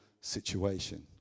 situation